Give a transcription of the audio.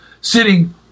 sitting